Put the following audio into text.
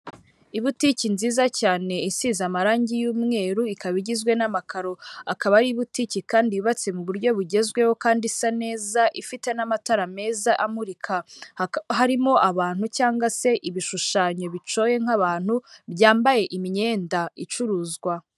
Ibutiki nziza cyane isize amarangi y'umweru, ikaba igizwe n'amakaro, akaba ari ibutiki kandi yubatse mu buryo bugezweho kandi isa neza, ifite n'amatara meza amurika, harimo abantu cyangwa se ibishushanyo bicoye nk'abantu, byambaye imyenda icuruzwa.